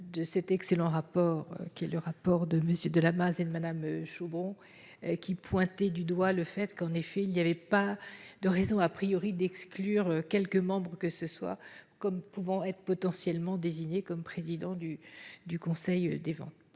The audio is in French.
de cet excellent rapport qui est le rapport de monsieur de la base et de madame Chaumont qui pointé du doigt le fait qu'en effet il y avait pas de raison à priori d'exclure quelques membres, que ce soit comme pouvant être potentiellement désigné comme président du du Conseil des ventes